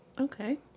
Okay